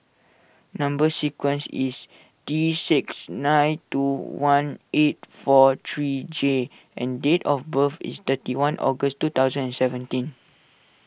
Number Sequence is T six nine two one eight four three J and date of birth is thirty one August two thousand and seventeen